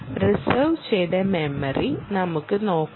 reserve ചെയ്ത memory നമുക്ക് നോക്കാം